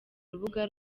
rubuga